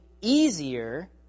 easier